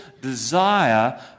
desire